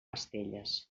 estelles